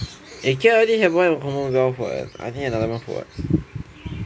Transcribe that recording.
Ikea already have one at commonwealth what need another one for what